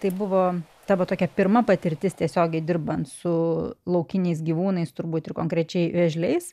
tai buvo tavo tokia pirma patirtis tiesiogiai dirbant su laukiniais gyvūnais turbūt ir konkrečiai vėžliais